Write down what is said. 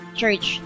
church